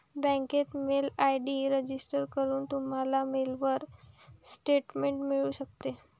बँकेत mail ID register करून, तुम्हाला मेलवर स्टेटमेंट मिळू शकते